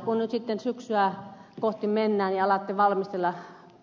kun nyt sitten syksyä kohti mennään ja alatte valmistella